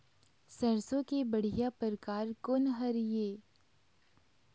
सरसों के बढ़िया परकार कोन हर ये?